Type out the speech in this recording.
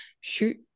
shoot